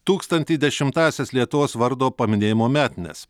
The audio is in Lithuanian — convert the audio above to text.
tūkstantį dešimtąsias lietuvos vardo paminėjimo metines